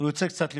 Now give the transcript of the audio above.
הוא יוצא קצת לפני.